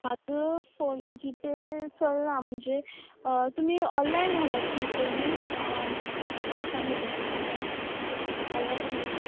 म्हाका phone GPay चलना म्हणजे तुमी ऑनलायन घालप न्हू पयली केश ऑन डिलीवरी नाल्यार ऑनलायन पेमेंट